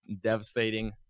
devastating